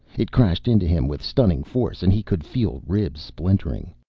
it crashed into him with stunning force, and he could feel ribs splintering.